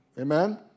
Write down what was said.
Amen